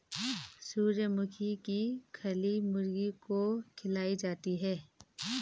सूर्यमुखी की खली मुर्गी को खिलाई जाती है